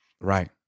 Right